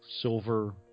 silver